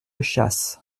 chasse